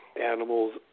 animals